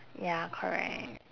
ya correct